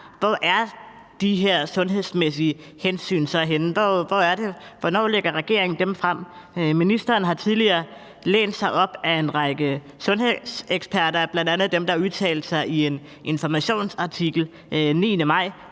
hvor er de her sundhedsmæssige hensyn så henne? Hvornår lægger regeringen dem frem? Ministeren har tidligere lænet sig op ad en række sundhedseksperter, bl.a. dem, der udtalte sig i Informations artikel den 9. maj,